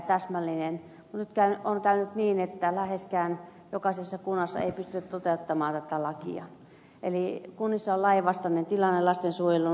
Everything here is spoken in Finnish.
mutta nyt on käynyt niin että läheskään jokaisessa kunnassa ei pystytä toteuttamaan tätä lakia eli kunnissa on lainvastainen tilanne lastensuojelun näkökulmasta